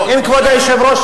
אם כבוד היושב-ראש,